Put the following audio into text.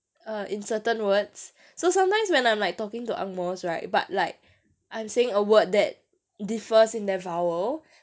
err in certain words so sometimes when I'm like talking to angmohs right but like I'm saying a word that differs in their vowel